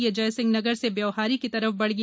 ये जयसिंहनगर से ब्यौहारी की तरफ बढ़ गया